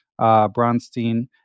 Bronstein